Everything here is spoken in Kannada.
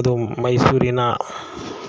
ಅದು ಮೈಸೂರಿನ